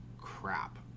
crap